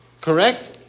Correct